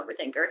overthinker